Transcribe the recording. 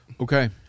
Okay